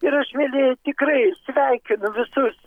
ir aš mielieji tikrai sveikinu visus